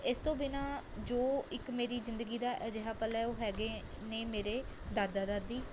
ਇਸ ਤੋਂ ਬਿਨਾਂ ਜੋ ਇੱਕ ਮੇਰੀ ਜ਼ਿੰਦਗੀ ਦਾ ਅਜਿਹਾ ਪਲ ਹੈ ਉਹ ਹੈਗੇ ਨੇ ਮੇਰੇ ਦਾਦਾ ਦਾਦੀ